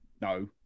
no